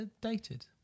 dated